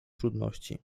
trudności